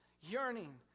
yearning